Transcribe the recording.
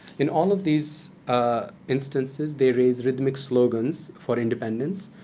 in all of these instances, they raise rhythmic slogans for independence,